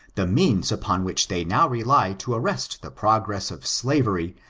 the means upon which they now rely to arrest the progress of slavery,